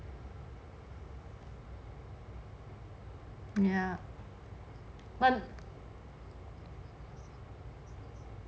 ya but